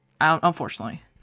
unfortunately